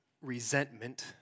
resentment